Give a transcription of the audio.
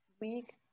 week